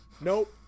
Nope